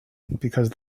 because